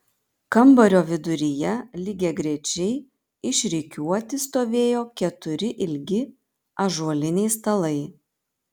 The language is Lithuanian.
kambario viduryje lygiagrečiai išrikiuoti stovėjo keturi ilgi ąžuoliniai stalai